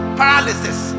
paralysis